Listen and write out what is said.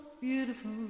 beautiful